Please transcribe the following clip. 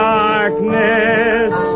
darkness